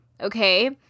Okay